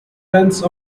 sense